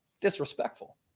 Disrespectful